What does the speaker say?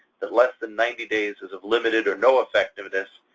that less than ninety days is of limited or no effectiveness,